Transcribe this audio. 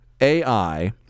AI